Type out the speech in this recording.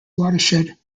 watershed